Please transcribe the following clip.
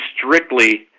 strictly